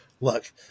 look